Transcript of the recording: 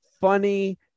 funny